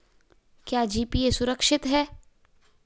क्या जी.पी.ए सुरक्षित है?